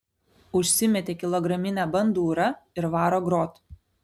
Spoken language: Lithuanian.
užsimetė kilograminę bandūrą ir varo grot